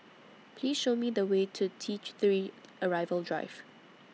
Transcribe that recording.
Please Show Me The Way to T three Arrival Drive